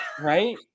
Right